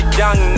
young